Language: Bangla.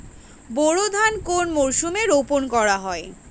বোরো ধান কোন মরশুমে রোপণ করা হয়?